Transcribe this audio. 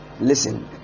Listen